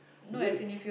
it's only